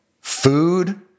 food